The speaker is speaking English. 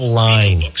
line